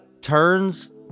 turns